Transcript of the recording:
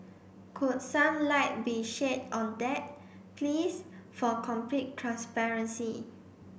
could some light be shed on that please for complete transparency